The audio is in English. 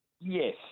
Yes